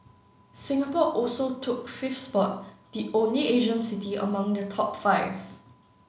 Singapore also took fifth spot the only Asian city among the top five